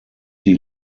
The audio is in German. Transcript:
die